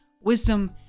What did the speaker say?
wisdom